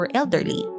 elderly